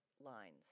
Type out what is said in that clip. lines